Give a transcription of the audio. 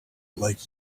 like